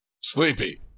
Sleepy